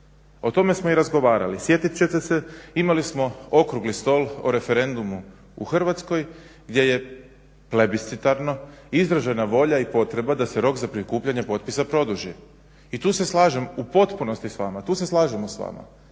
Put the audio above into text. O tome smo i razgovarali, sjetit ćete se imali smo okrugli stol o referendumu u Hrvatskoj gdje je plebiscitarno izražena volja i potreba da se rok za prikupljanje potpisa produži. I tu se slažem u potpunosti s vama, tu se slažemo s vama